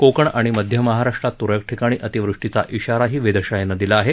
कोकण आणि मध्य महाराष्ट्रात त्रळक ठिकाणी अतिवृष्टीचा इशाराही वेधशाळेनं दिला आहे